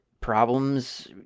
problems